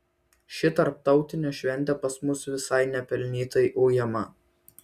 ši tarptautinė šventė pas mus visai nepelnytai ujama